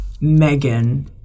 Megan